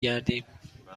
گردیم